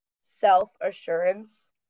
self-assurance